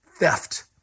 Theft